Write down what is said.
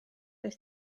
oedd